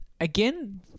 again